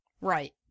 Right